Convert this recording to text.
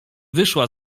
wyszła